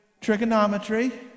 trigonometry